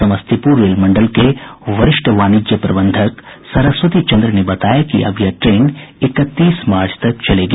Samastipur rail मंडल के वरिष्ठ वाणिज्य प्रबंधक सरस्वती चंद्र ने बताया कि अब यह ट्रेन इकतीस मार्च तक चलेगी